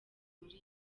muri